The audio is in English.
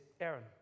Aaron